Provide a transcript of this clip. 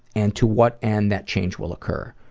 and to what and that change will occur.